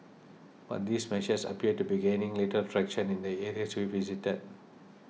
but these measures appear to be gaining little traction in the areas we visited